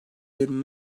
yerini